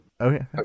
Okay